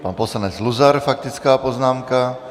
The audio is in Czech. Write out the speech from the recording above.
Pan poslanec Luzar faktická poznámka.